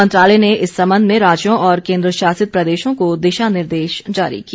मंत्रालय ने इस संबंध में राज्यों और केन्द्र शासित प्रदेशों को दिशा निर्देश जारी किए